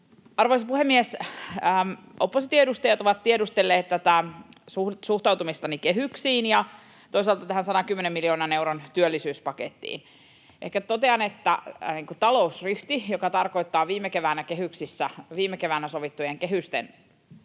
Arvoisa puhemies! Opposition edustajat ovat tiedustelleet suhtautumistani kehyksiin ja toisaalta tähän 110 miljoonan euron työllisyyspakettiin. Ehkä totean, että talousryhti, joka tarkoittaa viime keväänä sovittujen kehysten